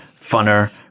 funner